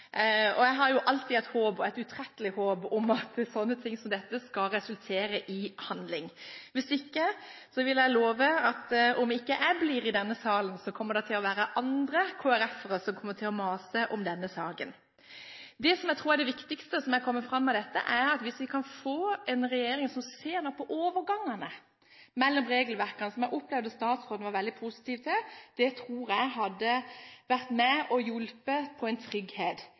og jeg har alltid et håp – et utrettelig håp – om at slike ting som dette skal resultere i handling. Hvis ikke vil jeg love at om ikke jeg blir i denne salen, kommer det til å være andre KrF-ere som kommer til å mase om denne saken. Det jeg tror er det viktigste som er kommet fram av dette, er mulighetene for at en regjering nå ser på overgangene mellom regelverkene, noe jeg opplevde at statsråden var veldig positiv til. Det tror jeg hadde vært med og hjulpet for å få en trygghet